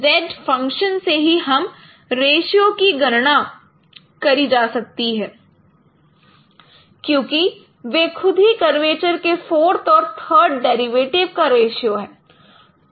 z function से ही इस रेश्यो की गणना करी जा सकती है क्योंकि वह खुद ही कर्वेचर के फोर्थ और थर्ड डेरिवेटिव का रेशियो है